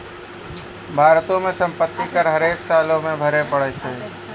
भारतो मे सम्पति कर हरेक सालो मे भरे पड़ै छै